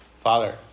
Father